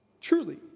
Truly